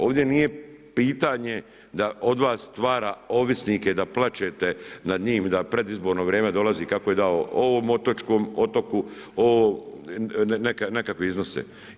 Ovdje nije pitanje da od vas stvara ovisnike, da plačete nad njim, da predizborno vrijeme dolazi, kako je dao ovom otočkom otoku nekakve iznose.